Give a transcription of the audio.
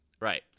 right